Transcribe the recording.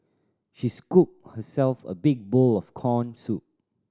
she scooped herself a big bowl of corn soup